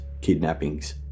kidnappings